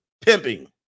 pimping